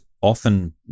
often